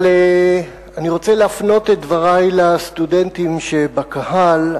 אבל אני רוצה להפנות את דברי לסטודנטים שבקהל.